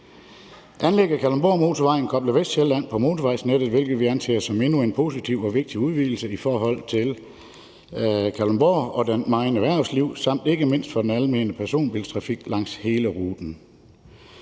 Anlægget af Kalundborgmotorvejen og at koble Vestsjælland på motorvejsnettet anser vi for endnu en positiv og vigtig udvidelse i forhold til Kalundborg og områdets meget erhvervsliv samt ikke mindst for den almene personbilstrafik langs hele ruten.